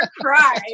cry